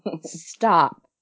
stop